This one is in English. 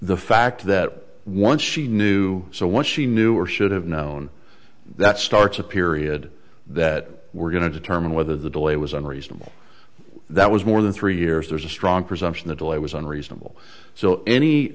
the fact that once she knew so once she knew or should have known that starts a period that we're going to determine whether the delay was unreasonable that was more than three years there's a strong presumption the delay was unreasonable so any